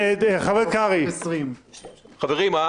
חבר הכנסת קרעי, לא